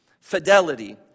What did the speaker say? fidelity